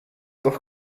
doch